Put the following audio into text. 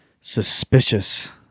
suspicious